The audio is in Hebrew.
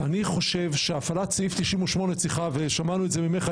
אני חושב שהפעלת סעיף 98 צריכה להיות מוצא אחרון שמענו את זה ממך,